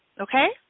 Okay